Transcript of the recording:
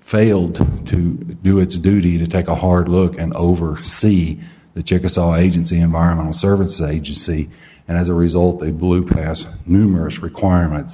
failed to do its duty to take a hard look and over see the chickasaw agency environmental service agency and as a result they blew past numerous requirements